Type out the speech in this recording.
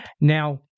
now